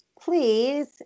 please